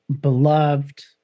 beloved